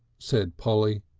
said polly.